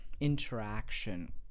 interaction